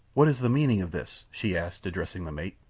what is the meaning of this? she asked, addressing the mate.